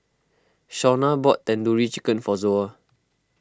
Shaunna bought Tandoori Chicken for Zoa